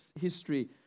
history